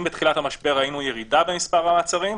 אם בתחילת המשבר ראינו ירידה במספר המעצרים,